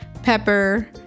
pepper